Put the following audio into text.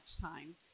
time